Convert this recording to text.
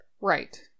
Right